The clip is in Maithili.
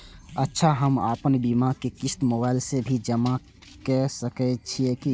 अच्छा हम आपन बीमा के क़िस्त मोबाइल से भी जमा के सकै छीयै की?